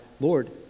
Lord